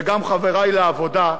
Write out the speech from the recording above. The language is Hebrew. וגם חברי לעבודה,